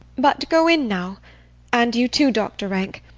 but go in now and you too, doctor rank.